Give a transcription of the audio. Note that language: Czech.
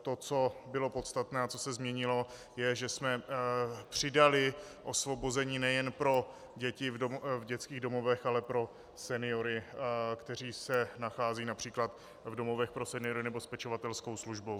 To, co bylo podstatné a co se změnilo, je, že jsme přidali osvobození nejen pro děti v dětských domovech, ale pro seniory, kteří se nacházejí např. v domovech pro seniory nebo s pečovatelskou službou.